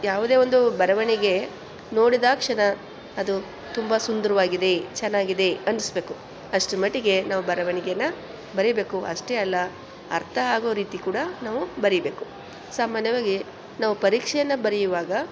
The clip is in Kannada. ಯಾವುದೇ ಒಂದು ಬರವಣಿಗೆ ನೋಡಿದಾಕ್ಷಣ ಅದು ತುಂಬ ಸುಂದರವಾಗಿದೆ ಚೆನ್ನಾಗಿದೆ ಅನ್ನಿಸ್ಬೇಕು ಅಷ್ಟ್ರ ಮಟ್ಟಿಗೆ ನಾವು ಬರವಣಿಗೆಯನ್ನು ಬರಿಬೇಕು ಅಷ್ಟೇ ಅಲ್ಲ ಅರ್ಥ ಆಗೋ ರೀತಿ ಕೂಡ ನಾವು ಬರಿಬೇಕು ಸಾಮಾನ್ಯವಾಗಿ ನಾವು ಪರೀಕ್ಷೆಯನ್ನು ಬರೆಯುವಾಗ